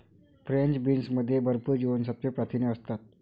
French बीन्समध्ये भरपूर जीवनसत्त्वे, प्रथिने असतात